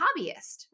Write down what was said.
hobbyist